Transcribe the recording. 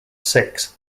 six